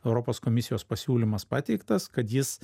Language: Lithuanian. europos komisijos pasiūlymas pateiktas kad jis